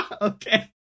Okay